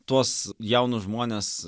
tuos jaunus žmones